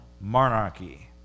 monarchy